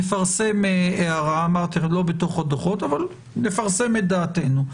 נפרסם הערה, לא בתוך הדוחות, אבל נפרסם את דעתנו.